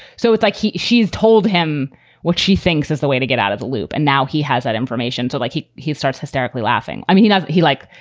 so it's like he she's told him what she thinks is the way to get out of the loop. and now he has that information. so, like, he he starts hysterically laughing. i mean, you know he, like,